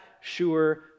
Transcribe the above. sure